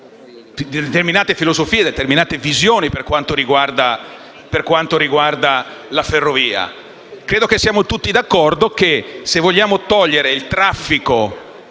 determinate filosofie e determinate visioni per quanto riguarda la ferrovia. Credo che siamo tutti d'accordo nel ritenere che, se vogliamo togliere dalle